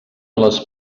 les